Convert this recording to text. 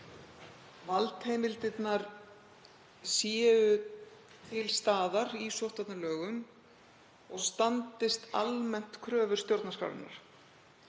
valdheimildirnar séu til staðar í sóttvarnalögum og standist almennt kröfur stjórnarskrárinnar,